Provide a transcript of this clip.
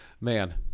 man –